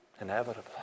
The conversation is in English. Inevitably